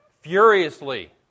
furiously